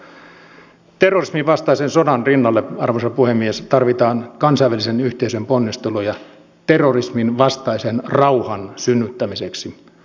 terrorismin vastaisen sodan rinnalle arvoisa puhemies tarvitaan kansainvälisen yhteisön ponnisteluja terrorismin vastaisen rauhan synnyttämiseksi